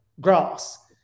grass